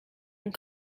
and